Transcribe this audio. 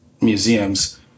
museums